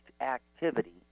activity